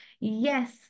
yes